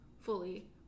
fully